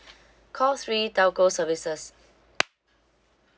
call three telco services